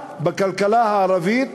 להשקעה בכלכלה הערבית,